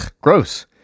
gross